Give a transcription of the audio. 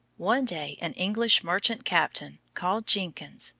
one day an english merchant captain called jenkins,